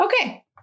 Okay